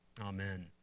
Amen